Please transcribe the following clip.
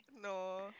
no